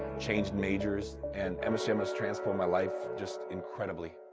changed majors, and msum has transformed my life just incredibly.